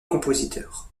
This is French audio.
compositeur